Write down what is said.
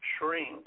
shrink